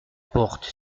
porte